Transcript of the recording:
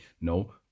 No